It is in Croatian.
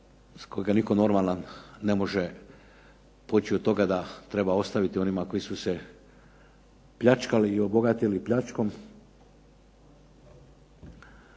iz kojega nitko normalna poći od toga da treba ostaviti onima koji su sve pljačkali i obogatili pljačkom,